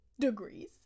degrees